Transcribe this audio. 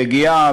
רגיעה,